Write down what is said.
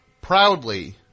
proudly